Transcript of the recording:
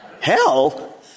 Hell